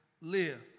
live